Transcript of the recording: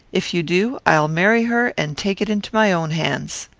if you do, i'll marry her, and take it into my own hands.